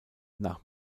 nach